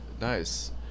nice